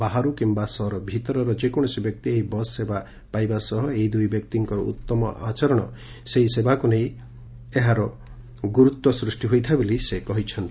ବାହାରୁ କିମ୍ବା ସହର ଭିତରର ଯେକୌଣସି ବ୍ୟକ୍ତି ଏହି ବସ୍ ସେବା ପାଇବା ସହ ଏହି ଦୁଇ ବ୍ୟକ୍ତିଙ୍କର ଉତ୍ତର ଆଚରଣ ସେହି ସେବାକୁ ନେଇ ଏହାର ସ୍ଚନା ସୃଷି ହୋଇଥାଏ ବୋଲି ସେ କହିଛନ୍ତି